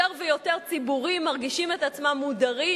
יותר ויותר ציבורים מרגישים את עצמם מודרים